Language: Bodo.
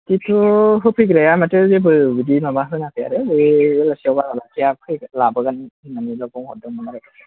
बेथ' होफैग्राया माथो जेबो बिदि माबा होनाखै आरो बेलासिआव फैगोन लाबोगोन होननानैल' बुंहरदोंमोन आरो